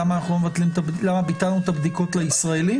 למה ביטלנו את הבדיקות לישראלים?